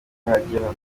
urahagera